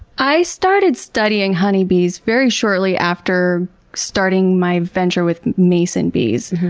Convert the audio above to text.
i started studying honey bees very shortly after starting my venture with mason bees.